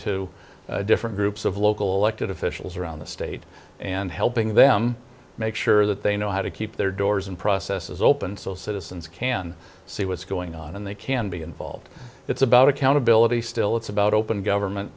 to different groups of local elected officials around the state and helping them make sure that they know how to keep their doors and processes open so citizens can see what's going on and they can be involved it's about accountability still it's about open government